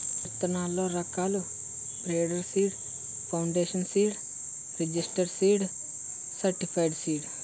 విత్తనాల్లో రకాలు breeder seed, foundation seed, registered seed, certified seed